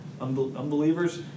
Unbelievers